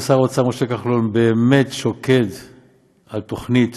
שר האוצר משה כחלון באמת שוקד על תוכנית